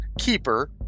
Keeper